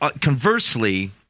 conversely